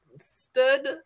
stood